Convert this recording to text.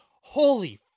Holy